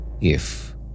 If